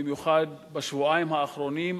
במיוחד בשבועיים האחרונים,